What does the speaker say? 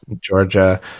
Georgia